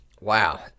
Wow